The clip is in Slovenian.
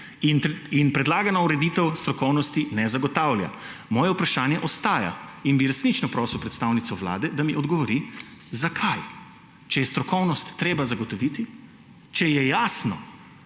In predlagana ureditev strokovnosti ne zagotavlja. Moje vprašanje ostaja in bi resnično prosil predstavnico Vlade, da mi odgovori, zakaj. Če je strokovnost treba zagotoviti, če je jasno,